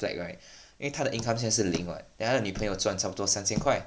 flat right 因为他的 income 现在是零 [what] then 他的女朋友赚差不多三千块